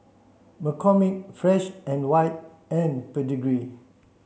McCormick Fresh and White and Pedigree